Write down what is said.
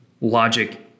logic